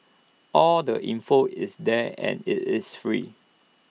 all the info is there and IT is free